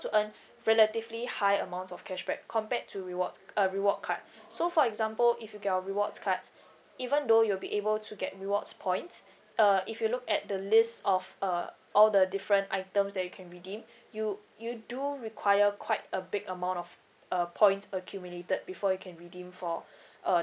to earn relatively high amounts of cashback compared to reward uh reward card so for example if you get our rewards card even though you'll be able to get rewards points uh if you look at the list of uh all the different items that you can redeem you you do require quite a big amount of uh points accumulated before you can redeem for uh